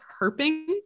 herping